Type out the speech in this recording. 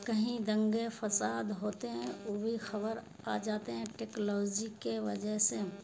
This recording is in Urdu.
کہیں دنگے فساد ہوتے ہیں او بھی خبر آ جاتے ہیں ٹیکلوزی کے وجہ سے